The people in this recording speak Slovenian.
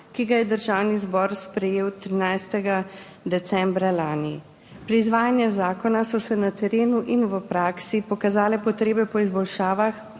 ki ga je Državni zbor sprejel 13. decembra lani. Pri izvajanju zakona so se na terenu in v praksi pokazale potrebe po izboljšavah,